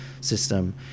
system